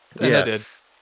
Yes